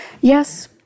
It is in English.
Yes